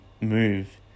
move